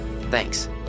Thanks